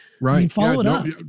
Right